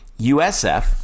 USF